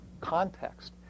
context